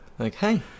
okay